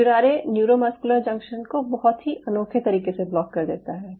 curare neuromuscular junction को बहुत ही अनोखे तरीके से ब्लॉक कर देता है